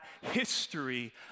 history